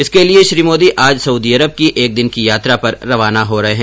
इसके लिए श्री मोदी आज सऊदी अरब की एक दिन की यात्रा पर रवाना हो रहे है